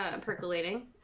percolating